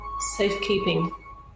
safekeeping